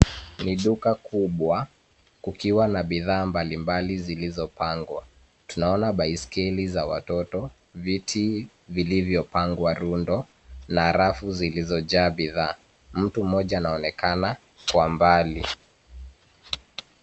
Ni duka kubwa kukiwa na bidhaa mbalimbali zilizopangwa. Tunaona baiskeli za watoto, viti vilivyopangwa rundo na rafu zilizojaa bidhaa. Mtu mmoja anaonekana kwa mbali.